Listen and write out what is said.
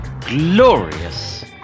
glorious